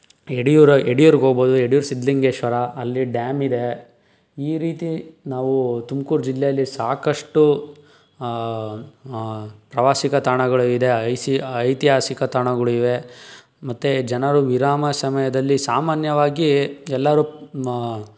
ಯಡಿಯೂರು ಯಡ್ಯೂರ್ಗೆ ಹೋಗ್ಬೋದು ಯಡ್ಯೂರು ಸಿದ್ದಲಿಂಗೇಶ್ವರ ಅಲ್ಲಿ ಡ್ಯಾಮ್ ಇದೆ ಈ ರೀತಿ ನಾವು ತುಮ್ಕೂರು ಜಿಲ್ಲೆಯಲ್ಲಿ ಸಾಕಷ್ಟು ಪ್ರವಾಸಿ ತಾಣಗಳು ಇದೆ ಐ ಸಿ ಐತಿಹಾಸಿಕ ತಾಣಗಳು ಇವೆ ಮತ್ತು ಜನರು ವಿರಾಮ ಸಮಯದಲ್ಲಿ ಸಾಮಾನ್ಯವಾಗಿ ಎಲ್ಲರೂ